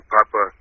Papa